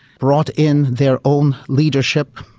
brought in their own leadership,